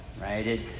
right